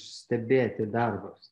stebėti darbus